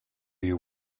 you